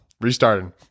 restarting